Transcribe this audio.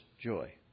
joy